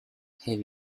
have